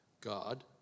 god